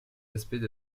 aspects